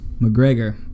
McGregor